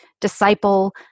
disciple